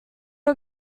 are